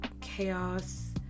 chaos